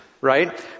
Right